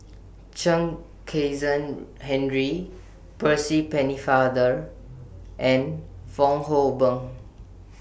Chen Kezhan Henri Percy Pennefather and Fong Hoe Beng